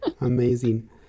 Amazing